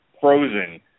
Frozen